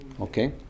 Okay